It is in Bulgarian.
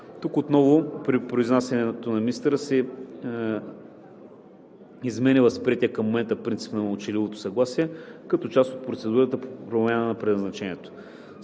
Тук отново при произнасянето на министъра се изменя възприетият към момента принцип на мълчаливо съгласие като част от процедурата по промяна на предназначението.